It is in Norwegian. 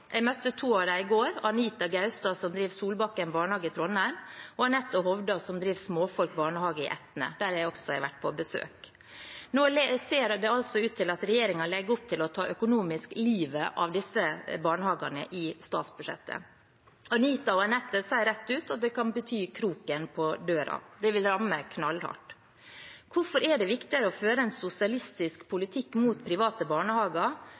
Jeg møtte to av dem i går: Anita Gaustad som driver Solbakken barnehage i Trondheim og Anette Lauareid Hovdan som driver Småfolk barnehage i Etne, der jeg også har vært på besøk. Nå ser det ut til at regjeringen legger opp til økonomisk å ta livet av disse barnehagene i statsbudsjettet. Anita og Anette sier rett ut at det kan bety kroken på døra – det vil ramme knallhardt. Hvorfor er det viktigere å føre en sosialistisk politikk mot private barnehager